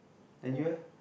then you eh